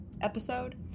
episode